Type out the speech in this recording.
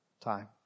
time